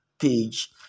page